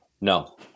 No